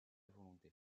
volonté